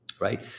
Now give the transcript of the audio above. right